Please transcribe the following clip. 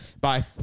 Bye